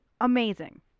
amazing